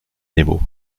nemo